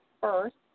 first